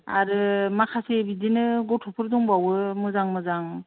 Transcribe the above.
आरो माखासे बिदिनो गथ'फोर दंबावो मोजां मोजां